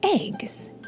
eggs